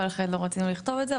ולכן לא רצינו לכתוב את זה.